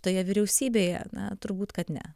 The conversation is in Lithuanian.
toje vyriausybėje na turbūt kad ne